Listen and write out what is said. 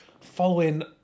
following